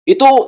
Itu